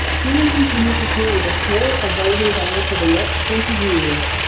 dylan continued to tour with a small, evolving band for the next twenty years.